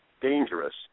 dangerous